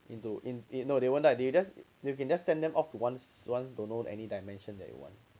into in you know no you just you can just send them off to once once don't know any dimension that you want